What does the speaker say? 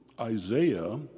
Isaiah